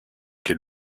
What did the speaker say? quel